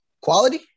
Quality